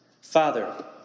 Father